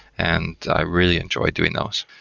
and i really enjoyed doing those.